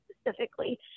specifically